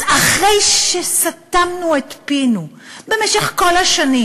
אז אחרי שסתמנו את פינו במשך כל השנים